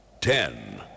Ten